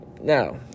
Now